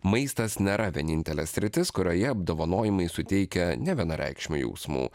maistas nėra vienintelė sritis kurioje apdovanojimai suteikia nevienareikšmių jausmų